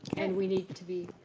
and we need to be,